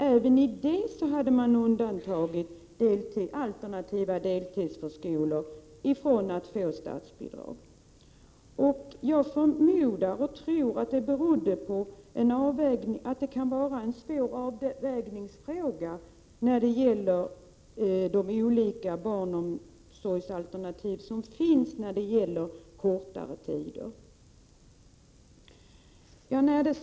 Även i det borgerliga beslutet hade alternativa deltidsförskolor undantagits från möjligheterna att få statsbidrag. Jag tror att det är en svår avvägning mellan de olika barnomsorgsalternativ som föreligger med kortare barnomsorgstid.